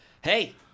Hey